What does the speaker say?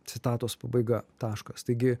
citatos pabaiga taškas taigi